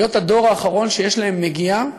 להיות הדור האחרון שיש להם נגיעה,